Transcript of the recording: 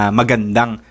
magandang